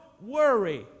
worry